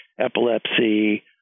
epilepsy